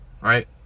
right